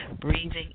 Breathing